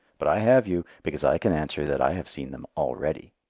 but i have you, because i can answer that i have seen them already.